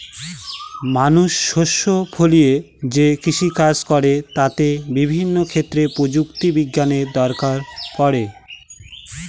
মানুষ শস্য ফলিয়ে যে কৃষিকাজ করে তাতে বিভিন্ন ক্ষেত্রে প্রযুক্তি বিজ্ঞানের দরকার পড়ে